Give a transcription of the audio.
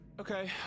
Okay